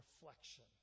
reflection